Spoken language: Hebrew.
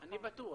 אני בטוח.